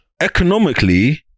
Economically